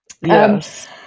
Yes